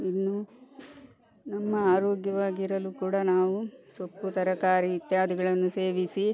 ಇನ್ನು ನಮ್ಮ ಆರೋಗ್ಯವಾಗಿರಲು ಕೂಡ ನಾವು ಸೊಪ್ಪು ತರಕಾರಿ ಇತ್ಯಾದಿಗಳನ್ನು ಸೇವಿಸಿ